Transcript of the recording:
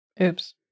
Oops